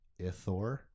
Ithor